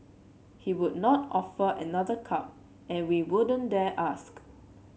he would not offer another cup and we wouldn't dare ask